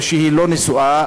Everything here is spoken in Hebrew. או שהיא לא נשואה,